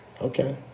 okay